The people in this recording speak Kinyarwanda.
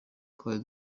twari